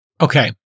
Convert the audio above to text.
Okay